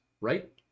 right